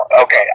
okay